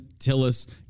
Tillis